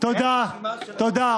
את קיומנו ולבסס את העתיד לדור הבא.